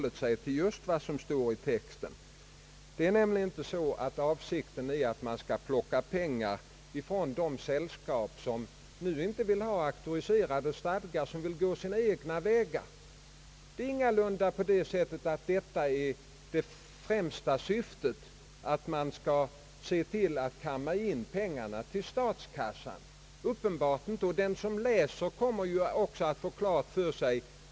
Avsikten är nämligen inte att plocka pengar från de sällskap som inte vill ha sina stadgar auktoriserade utan vill gå sina egna vägar. Syftet är ingalunda att kamma in pengar till statskassan, och den som läser propositionen får det klart för sig.